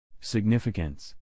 Significance